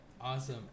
Awesome